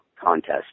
contest